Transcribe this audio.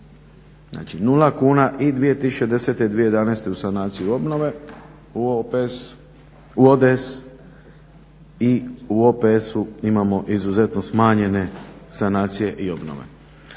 znači 0 kuna. I 2010. i 2011. u sanaciji obnove, u ODS i u OPS-u imamo izuzetno smanjene sanacije i obnove.